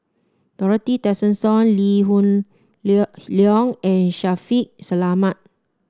Dorothy Tessensohn Lee Hoon Leong and Shaffiq Selamat